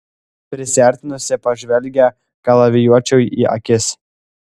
prisiartinusi pažvelgė kalavijuočiui į akis